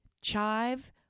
chive